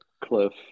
Cliff